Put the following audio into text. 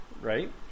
Right